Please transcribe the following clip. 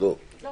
אין לו